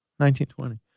1920